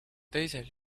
teisel